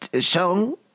song